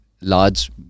large